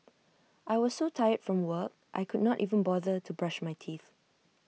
I was so tired from work I could not even bother to brush my teeth